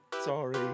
sorry